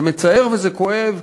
זה מצער וזה כואב,